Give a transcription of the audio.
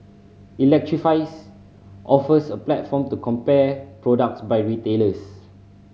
electrifies offers a platform to compare products by retailers